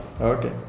Okay